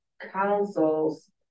councils